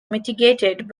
mitigated